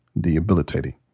debilitating